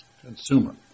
consumer